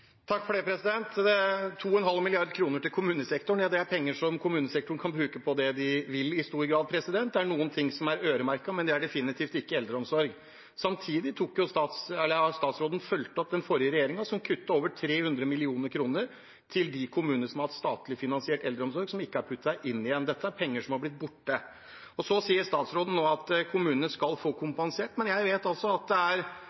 2,5 mrd. kr til kommunesektoren er penger de i stor grad kan bruke til det de vil. Det er noe som er øremerket, men det er definitivt ikke eldreomsorg. Samtidig har statsråden fulgt den forrige regjeringen, som kuttet over 300 mill. kr til de kommunene som har hatt statlig finansiert eldreomsorg, noe som ikke har blitt puttet inn igjen. Dette er penger som har blitt borte. Statsråden sier nå at kommunene skal få kompensert, men bare i mitt hjemdistrikt, Vestfold og Telemark, hører jeg rykter om at kommunene mangler over 100 mill. kr til å håndtere pandemiutfordringene. Jeg opplever ikke at det er